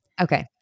okay